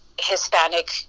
Hispanic